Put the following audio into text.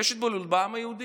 יש התבוללות בעם היהודי,